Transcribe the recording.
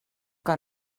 que